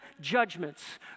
judgments